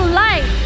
life